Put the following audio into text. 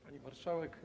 Pani Marszałek!